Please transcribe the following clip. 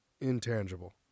intangible